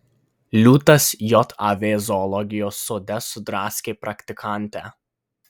liūtas jav zoologijos sode sudraskė praktikantę